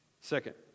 Second